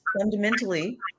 fundamentally